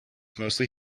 mostly